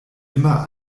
immer